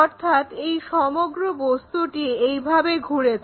অর্থাৎ এই সমগ্র বস্তুটি এইভাবে ঘুরেছে